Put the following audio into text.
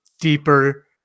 deeper